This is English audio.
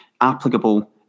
applicable